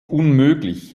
unmöglich